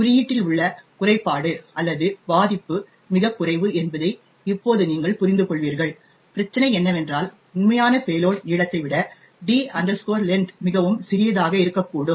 குறியீட்டில் உள்ள குறைபாடு அல்லது பாதிப்பு மிகக் குறைவு என்பதை இப்போது நீங்கள் புரிந்துகொள்வீர்கள் பிரச்சனை என்னவென்றால் உண்மையான பேலோட் நீளத்தை விட d length மிகவும் சிறியதாக இருக்கக்கூடும்